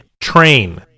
Train